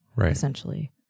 essentially